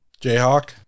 Jayhawk